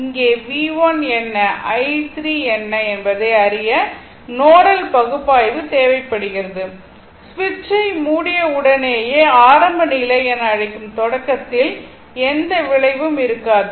இங்கே V 1 என்ன i3 என்ன என்பதை அறிய நோடல் பகுப்பாய்வு தேவைப்படுகிறது சுவிட்சை மூடியவுடனேயே ஆரம்ப நிலை என அழைக்கும் தொடக்கத்தில் எந்த விளைவும் இருக்காது